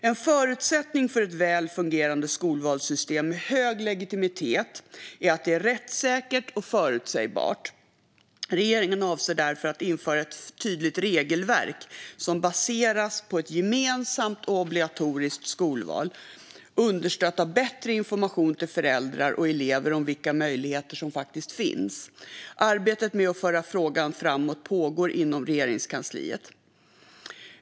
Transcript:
En förutsättning för ett väl fungerande skolvalssystem med hög legitimitet är att det är rättssäkert och förutsägbart. Regeringen avser därför att införa ett tydligt regelverk som baseras på ett gemensamt och obligatoriskt skolval, understött av bättre information till föräldrar och elever om vilka valmöjligheter som finns. Arbetet med att föra frågan framåt pågår inom Regeringskansliet.